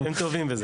הם טובים בזה.